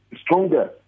stronger